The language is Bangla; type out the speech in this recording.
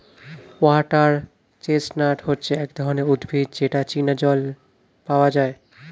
ওয়াটার চেস্টনাট হচ্ছে এক ধরনের উদ্ভিদ যেটা চীনা জল পাওয়া যায়